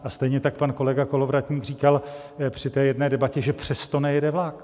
A stejně tak pan kolega Kolovratník říkal při jedné debatě, že přes to nejede vlak.